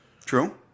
True